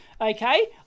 okay